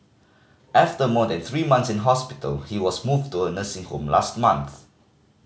after more than three month in hospital he was moved to a nursing home last month